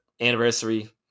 anniversary